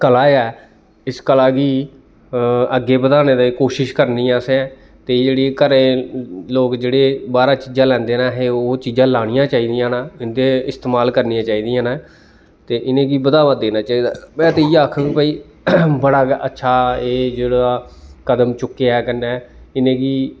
कला ऐ इस कला गी अग्गें बधाने दी कोशिश करनी असें ते एह् जेहडी घरें च लोग जेह्ड़े बाह्रां चीजां लैंदे न असें ओह् चीजां लानियां चाहिदियां न इं'दे इस्तेमाल करनियां चाहिदियां न ते इ'नेंगी बधाबा देना चाहिदा में ते इ'यै आखङ भाई बड़ा गै अच्छा एह् जेह्ड़ा कदम चुक्केआ कन्नै इ'नेंगी